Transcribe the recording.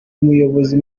umuyobozi